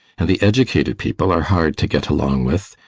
and the educated people are hard to get along with.